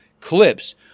clips